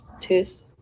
tooth